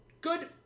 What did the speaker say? good